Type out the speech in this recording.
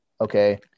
okay